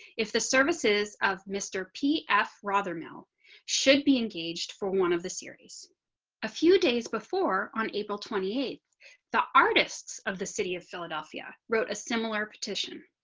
if the services of mr p f rather mill should be engaged for one of the series a few days before on april twenty eight the artists of the city of philadelphia wrote a similar petition.